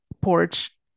porch